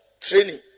training